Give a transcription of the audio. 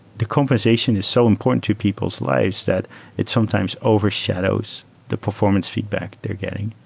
the compensation is so important to people's lives that it sometimes overshadows the performance feedback they're getting.